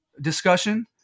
discussion